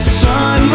sun